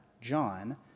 John